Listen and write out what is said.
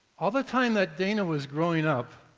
all the time that dana was growing up,